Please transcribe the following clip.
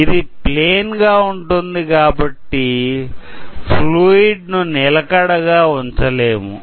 ఇది ప్లేన్ గా ఉంటుంది కాబట్టి ఫ్లూయిడ్ ను నిలకడగా ఉంచలేము